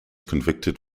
convicted